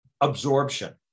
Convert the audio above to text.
Absorption